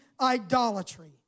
idolatry